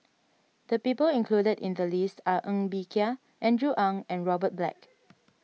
the people included in the list are Ng Bee Kia Andrew Ang and Robert Black